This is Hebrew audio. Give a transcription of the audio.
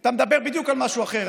אתה מדבר בדיוק על משהו אחר.